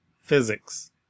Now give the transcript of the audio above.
Physics